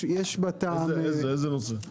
יש בה טעם --- איזה נושא?